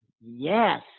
Yes